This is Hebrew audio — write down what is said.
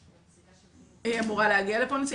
הנציגה של משרד החינוך אמורה להגיע לפה?